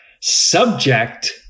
Subject